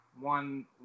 one